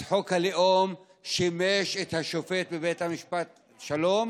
אז חוק הלאום שימש את השופט בבית משפט השלום